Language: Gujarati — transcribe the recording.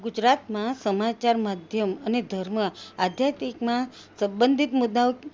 ગુજરાતમાં સમાચાર માધ્યમ અને ધર્મ આધ્યાતમિકમાં સંબંધિત મુદ્દાઓ